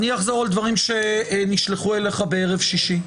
אני אחזור על דברים שנשלחו אליך בערב שישי,